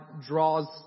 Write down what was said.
draws